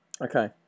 Okay